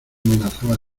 amenazaba